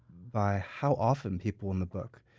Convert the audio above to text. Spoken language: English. by how often people in the book